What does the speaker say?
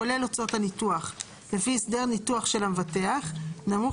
כולל הוצאות הניתוח לפי הסדר ניתוח של המבטח נמוך